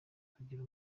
kugira